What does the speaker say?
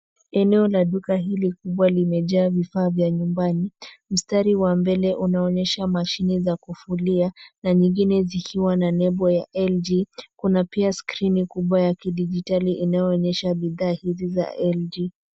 Eneo la duka hili kubwa limejaa vifaa vya nyumbani. Mstari wa mbele unaonyesha mashine za kufulia, na nyingine zikiwa na nembo ya LG. Kuna pia skrini kubwa ya kidijitali inayoonyesha bidhaa hizi za LG